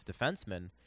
defensemen